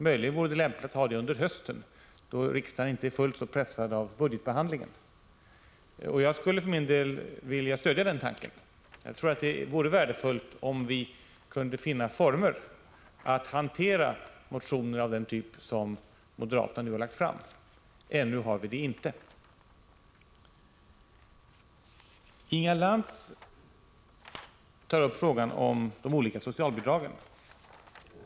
Möjligen vore det lämpligt att göra det någon gång på hösten, då riksdagen inte är så pressad av arbetet med budgetbehandlingen. Jag för min del stöder den tanken. Jag tror nämligen att det vore värdefullt om vi kunde finna en form för hanteringen av motioner av den typ som moderaterna här har lagt fram. Hittills har vi inte kunnat komma fram till någon sådan form. Inga Lantz tar upp frågan om de olika socialbidragen.